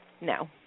No